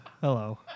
Hello